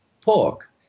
pork